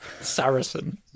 saracen